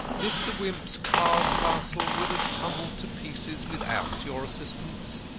mr. wimp's card-castle would have tumbled to pieces without your assistance.